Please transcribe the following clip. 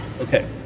Okay